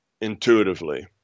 intuitively